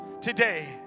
today